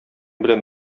белән